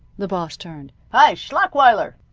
the boss turned. hi! schlachweiler!